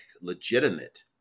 legitimate